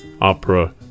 Opera